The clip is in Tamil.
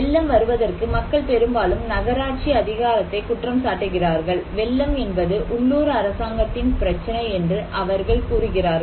வெள்ளம் வருவதற்கு மக்கள் பெரும்பாலும் நகராட்சி அதிகாரத்தை குற்றம் சாட்டுகிறார்கள் வெள்ளம் என்பது உள்ளூர் அரசாங்கத்தின் பிரச்சினை என்று அவர்கள் கூறுகிறார்கள்